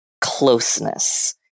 closeness